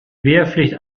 wehrpflicht